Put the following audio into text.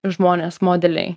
žmonės modeliai